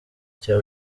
cya